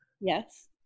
Yes